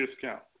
discount